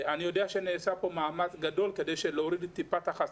אני יודע שנעשה פה מאמץ גדול כדי להוריד טיפה את החסם,